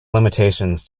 limitations